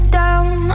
down